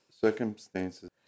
circumstances